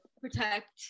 protect